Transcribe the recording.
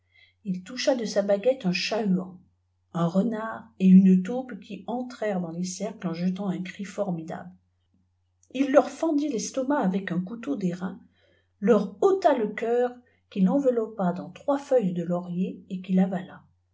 il toucha de sjt baguettp un chat-huant un renard et une taupe qui entrèrj it dans ïjs cercles en jetant un cri formidable il leur fendit l'estampe ay lin couteau d'airain leur ôta le cœur qu'il enveloppa dans jrpis feuilles de laurier et qu'il avala